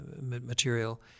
material